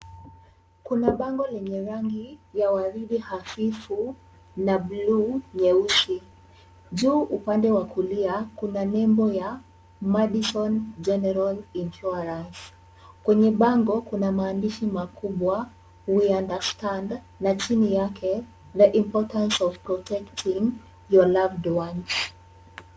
Kuna bango lenye rangi ya waridi hafifu na bluu nyeusi, juu upande wa kulia kuna nembo ya Madison general insurance , kwenye bango kuna maandishi makubwa we understand na chini yake the importance of protecting your loved ones .